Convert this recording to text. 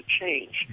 change